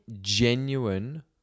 genuine